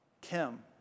Kim